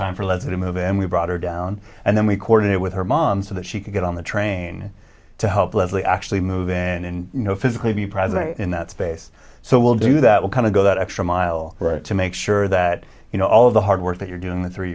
time for letter to move in we brought her down and then we coordinate with her mom so that she could get on the train to help leslie actually move in and you know physically be present in that space so we'll do that we'll kind of go that extra mile to make sure that you know all of the hard work that you're doing the three